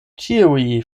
ĉiuj